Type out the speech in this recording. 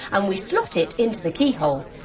and we slot it into the keyhole.